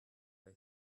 they